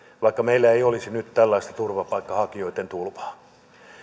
vaikka meillä ei olisi nyt tällaista turvapaikanhakijoiden tulvaa